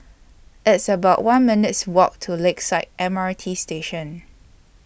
It's about one minutes' Walk to Lakeside M R T Station